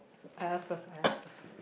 I ask first I ask first